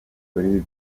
kuri